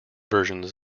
versions